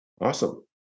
Awesome